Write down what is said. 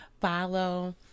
follow